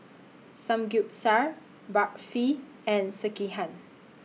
Samgeyopsal Barfi and Sekihan